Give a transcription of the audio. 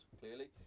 clearly